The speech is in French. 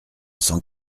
cent